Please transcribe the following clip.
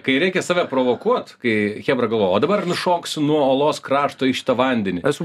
kai reikia save provokuot kai chebra galvoja o dabar nušoksiu nuo uolos krašto į šitą vandenį esu